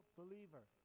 believer